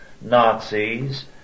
Nazis